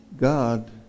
God